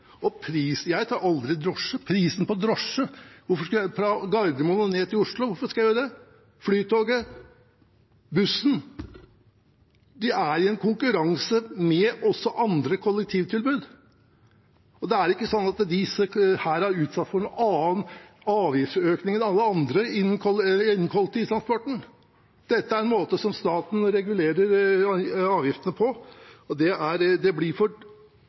Og prisen på drosje fra Gardermoen til Oslo – jeg tar aldri drosje, hvorfor skulle jeg gjøre det? Flytoget og bussen: De er i konkurranse med andre kollektivtilbud. Det er ikke sånn at disse er utsatt for noen annen avgiftsøkning enn alle andre innen kollektivtransporten. Dette er en måte staten regulerer avgiftene på. Det blir for